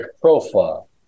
profile